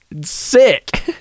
sick